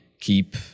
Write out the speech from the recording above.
keep